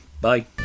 Bye